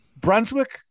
Brunswick